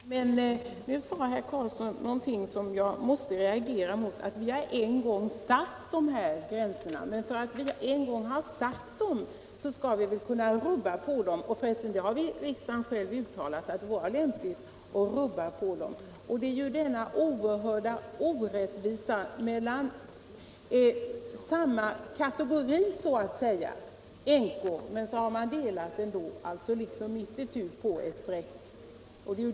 Fru talman! Nu sade herr Karlsson i Ronneby någonting som jag reagerar mot, nämligen att riksdagen har satt dessa gränser! Ja, även om vi har gjort detta, skall vi väl kunna ändra dem. Riksdagen har för resten själv en gång uttalat, att det vore lämpligt. Kategorin änkor har man delat i två grupper.